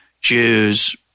Jews